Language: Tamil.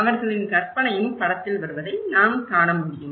அவர்களின் கற்பனையும் படத்தில் வருவதை நான் காண முடியும்